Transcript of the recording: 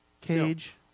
cage